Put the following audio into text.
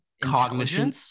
cognition